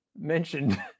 mentioned